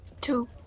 Two